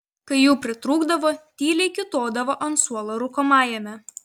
kai jų pritrūkdavo tyliai kiūtodavo ant suolo rūkomajame